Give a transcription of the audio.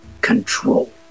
control